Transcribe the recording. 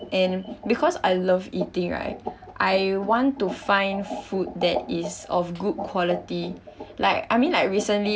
and because I love eating right I want to find food that is of good quality like I mean like recently